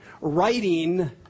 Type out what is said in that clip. writing